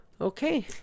Okay